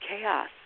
chaos